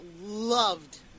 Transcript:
loved